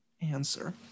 answer